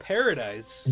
Paradise